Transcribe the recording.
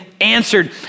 answered